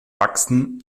wachsen